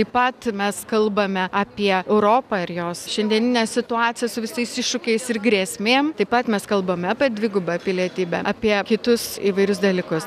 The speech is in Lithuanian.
taip pat mes kalbame apie europą ir jos šiandieninę situaciją su visais iššūkiais ir grėsmėm taip pat mes kalbame apie dvigubą pilietybę apie kitus įvairius dalykus